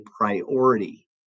priority